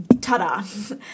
Ta-da